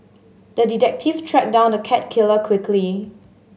the detective tracked down the cat killer quickly